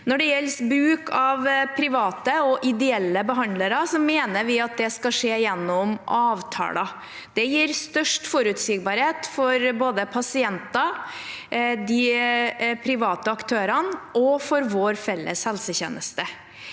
Når det gjelder bruk av private og ideelle behandlere, mener vi at det skal skje gjennom avtaler. Det gir størst forutsigbarhet, både for pasientene, for de private aktørene og for vår felles helsetjeneste.